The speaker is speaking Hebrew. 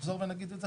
נחזור ונגיד את זה,